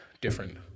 different